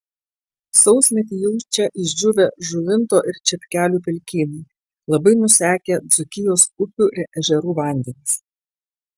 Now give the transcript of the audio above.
sausmetį jaučia išdžiūvę žuvinto ir čepkelių pelkynai labai nusekę dzūkijos upių ir ežerų vandenys